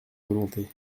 volonté